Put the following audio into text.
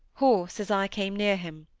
hoarse, as i came near him.